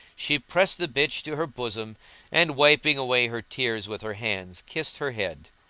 she pressed the bitch to her bosom and, wiping away her tears with her hands, kissed her head.